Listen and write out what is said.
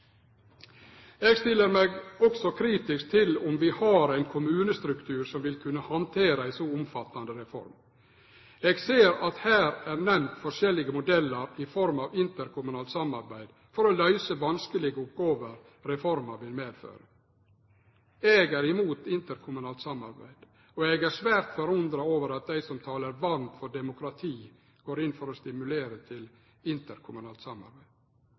Eg stiller meg også kritisk til om vi har ein kommunestruktur som vil kunne handtere ei så omfattande reform. Eg ser at her er nemnt forskjellige modellar i form av interkommunalt samarbeid for å løyse vanskelege oppgåver reforma vil medføre. Eg er imot interkommunalt samarbeid, og eg er svært forundra over at dei som talar varmt for demokrati, går inn for å stimulere til interkommunalt samarbeid.